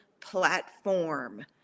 platform